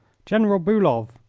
general bulow!